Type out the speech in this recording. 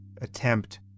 attempt